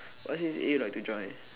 what C_C_A you like to join